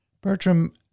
Bertram